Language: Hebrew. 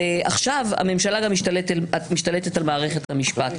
ועכשיו הממשלה גם משתלטת על מערכת המשפט.